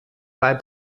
bei